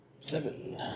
Seven